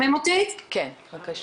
בבקשה.